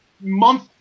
month